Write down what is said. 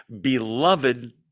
beloved